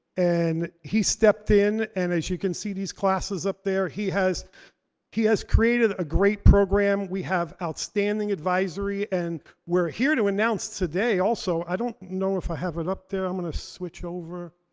and he stepped in, and as you can see these classes up there he has he has created a create program. we have outstanding advisory. and we're here to announce today also, i don't know if i have it up there. i'm gonna switch over,